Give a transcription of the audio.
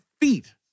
feet